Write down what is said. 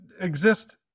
exist